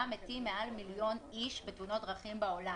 מתים מעל מיליון איש בתאונות דרכים בעולם.